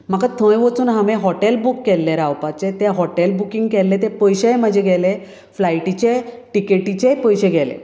म्हाका थंय वचून हांवें हॉटेल बूक केल्लें रावपाचें तें हॉटेल बुकींग केल्लें तें पयशेंय म्हाजें गेलें फ्लायटिचें टिकेटिचेंय पयशें गेलें